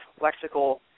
lexical